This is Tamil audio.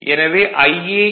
எனவே Ia If I